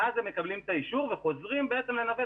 ואז הם מקבלים את האישור וחוזרים לנווט